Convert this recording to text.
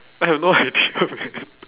I have no idea man